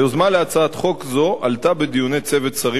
היוזמה להצעת חוק זו עלתה בדיוני צוות שרים